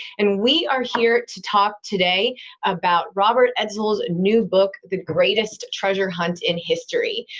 and we are here to talk today about robert edsel's new book, the greatest treasure hunt in history.